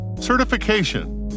certification